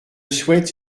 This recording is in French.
souhaite